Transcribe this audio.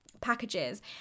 packages